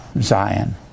Zion